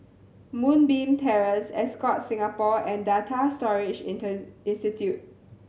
Moonbeam Terrace Ascott Singapore and Data Storage inter Institute